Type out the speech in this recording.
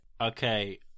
Okay